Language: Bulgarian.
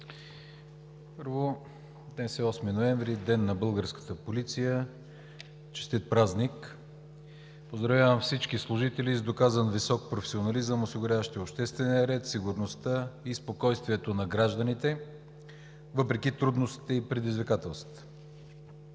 Първо, днес е 8 ноември – ден на българската полиция. Честит празник! Поздравявам всички служители с доказан висок професионализъм, осигуряващи обществения ред, сигурността и спокойствието на гражданите въпреки трудностите и предизвикателствата!